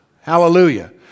Hallelujah